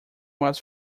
was